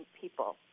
people